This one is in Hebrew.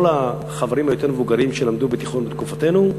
כל החברים היותר-מבוגרים שלמדו בתיכון בתקופתנו,